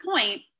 point